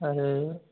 अरे